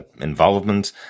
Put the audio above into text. involvement